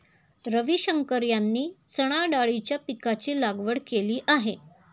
रविशंकर यांनी चणाडाळीच्या पीकाची लागवड केली आहे